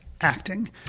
acting